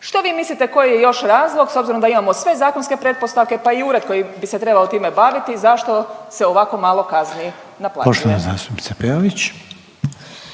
Što vi mislite koji je još razlog s obzirom da imamo sve zakonske pretpostavke, pa i ured koji bi se trebao time baviti, zašto se ovako malo kazni naplaćuje? **Reiner, Željko